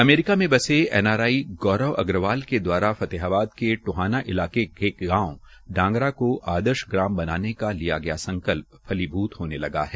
America में बसे NRI Gaurav Agarwal के द्वारा फतेहाबाद के टोहाना इलाके के गांव डांगरा को आदर्श ग्राम बनाने का लिया गया संकल्प फलीभूत होने लगा है